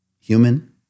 human